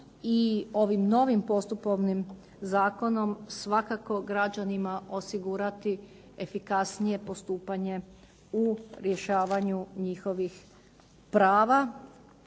i ovim novim postupovnim zakonom svakako građanima osigurati efikasnije postupanje u rješavanju njihovih prava